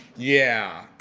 yeah,